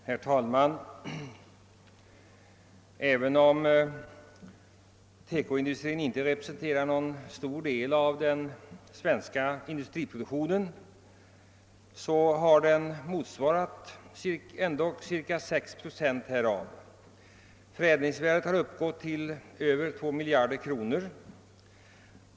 Herr talman! även om TEKO-industrin inte representerar någon stor del av den svenska industriproduktionen, har den ändock utgjort cirka 6 procent härav. Förädlingsvärdet uppgick då till över 2 miljarder kronor.